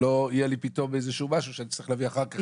שלא יהיה משהו שאני אצטרך להביא אחר כך לקריאה שנייה ושלישית.